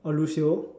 or Lucio